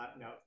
No